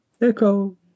Echo